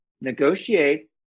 negotiate